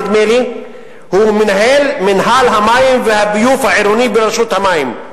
נדמה לי שהוא מנהל מינהל המים והביוב העירוני ברשות המים,